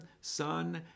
Son